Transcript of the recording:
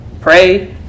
pray